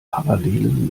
parallelen